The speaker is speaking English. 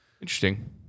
interesting